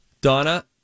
Donna